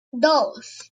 dos